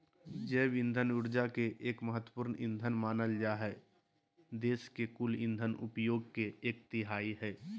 जैव इंधन ऊर्जा के एक महत्त्वपूर्ण ईंधन मानल जा हई देश के कुल इंधन उपयोग के एक तिहाई हई